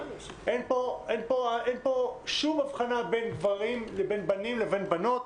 אין פה שום אבחנה בין בנים ובין בנות.